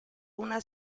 una